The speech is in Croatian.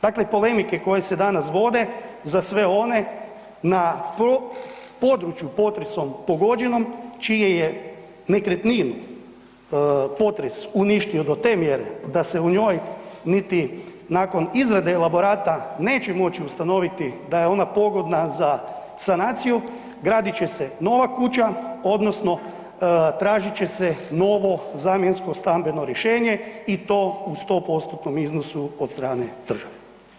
Dakle, polemike koje se danas vode za sve one na području potresom pogođenom čiju je nekretninu potres uništio do temelja da se u njoj niti nakon izrade elaborata neće moći ustanoviti da je ona pogodna za sanaciju, gradit će se nova kuća odnosno tražit će se novo zamjensko stambeno rješenje i to u 100%-tnom iznosu od strane države.